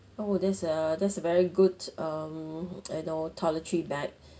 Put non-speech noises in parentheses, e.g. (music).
oh that's a that's a very good um (noise) you know toiletry bag